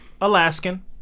Alaskan